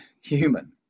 human